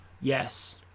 Yes